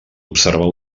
observar